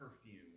perfume